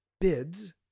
bids